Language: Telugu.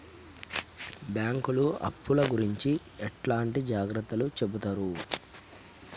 బ్యాంకులు అప్పుల గురించి ఎట్లాంటి జాగ్రత్తలు చెబుతరు?